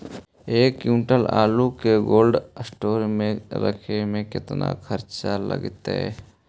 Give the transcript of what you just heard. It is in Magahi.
एक क्विंटल आलू के कोल्ड अस्टोर मे रखे मे केतना खरचा लगतइ?